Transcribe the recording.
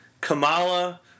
Kamala